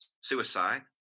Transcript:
suicide